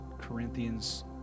Corinthians